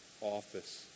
office